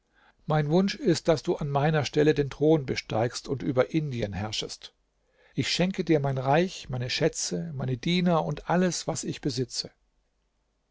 mein wunsch ist daß du an meiner stelle den thron besteigst und über indien herrschest ich schenke dir mein reich meine schätze meine diener und alles was ich besitze